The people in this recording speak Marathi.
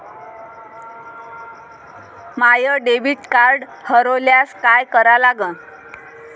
माय डेबिट कार्ड हरोल्यास काय करा लागन?